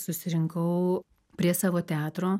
susirinkau prie savo teatro